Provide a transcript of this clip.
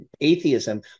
atheism